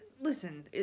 Listen